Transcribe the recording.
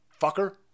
fucker